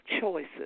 choices